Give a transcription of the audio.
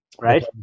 Right